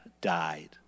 died